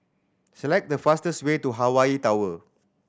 select the fastest way to Hawaii Tower